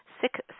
sick